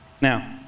Now